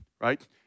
right